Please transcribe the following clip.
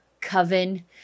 coven